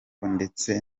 ndetse